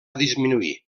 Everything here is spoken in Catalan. disminuir